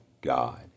God